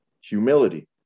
humility